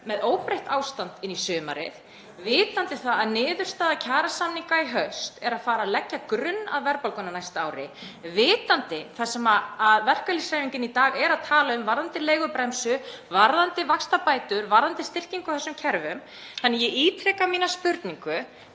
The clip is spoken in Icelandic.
með óbreytt ástand inn í sumarið, vitandi það að niðurstaða kjarasamninga í haust er að fara að leggja grunn að verðbólgunni á næsta ári, vitandi það sem verkalýðshreyfingin í dag er að tala um varðandi leigubremsu, varðandi vaxtabætur, varðandi styrkingu á þessum kerfum. Þannig að ég ítreka mína spurningu: